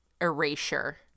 erasure